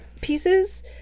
pieces